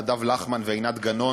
נדב לחמן ועינת גנון,